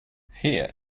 here